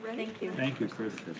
thank you thank you chris.